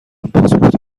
پاسپورت